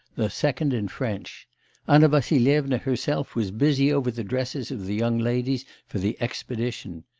the second in french anna vassilyevna herself was busy over the dresses of the young ladies for the expedition.